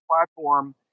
platform